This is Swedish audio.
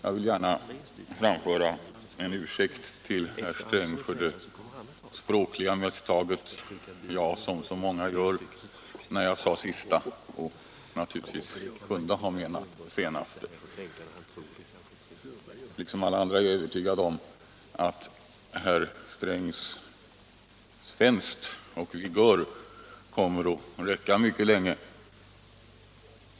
Jag vill gärna framföra en ursäkt till herr Sträng för det språkliga misstaget när jag som så många gör använde ordet ”sista” då jag kunde ha menat ”senaste”. Liksom alla andra är jag övertygad om att herr Strängs spänst och vigör kommer att räcka mycket länge.